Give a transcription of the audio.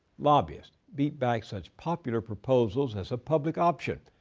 lobbyists beat back such popular proposals as a public option,